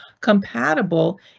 compatible